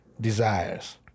desires